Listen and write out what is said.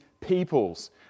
peoples